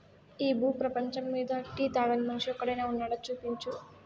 ఈ భూ పేపంచమ్మీద టీ తాగని మనిషి ఒక్కడైనా వున్నాడా, చూపించు